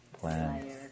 Plans